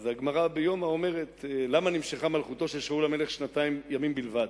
הגמרא ביומא אומרת: למה נמשכה מלכותו של שאול המלך שנתיים ימים בלבד?